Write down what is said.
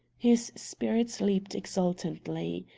his spirits leaped exultantly.